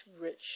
rich